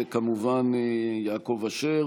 וכמובן יעקב אשר.